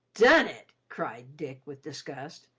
done it! cried dick, with disgust.